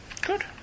Good